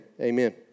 Amen